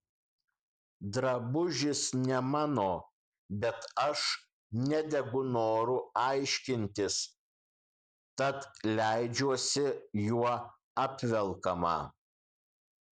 drabužis ne mano bet aš nedegu noru aiškintis tad leidžiuosi juo apvelkama